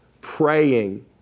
praying